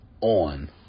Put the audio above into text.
on